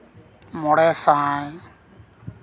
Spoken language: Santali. ᱢᱚᱬᱮ ᱥᱟᱭ